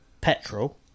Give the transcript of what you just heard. petrol